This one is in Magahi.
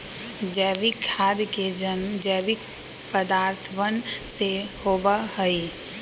जैविक खाद के जन्म जैविक पदार्थवन से होबा हई